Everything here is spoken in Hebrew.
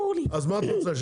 אז מה את רוצה?